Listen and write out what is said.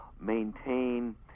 maintain